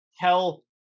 tell